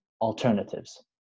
alternatives